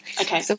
okay